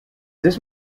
this